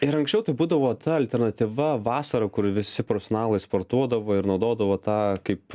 ir anksčiau tai būdavo ta alternatyva vasarą kur visi profesionalai sportuodavo ir naudodavo tą kaip